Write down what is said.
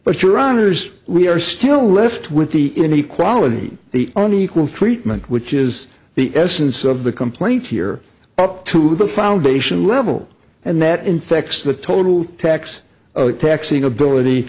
but your honors we are still left with the inequality the unequal treatment which is the essence of the complaint here up to the foundation level and that infects the total tax taxing ability